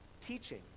teaching